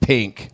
Pink